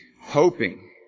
hoping